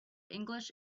english